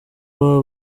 baba